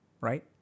Right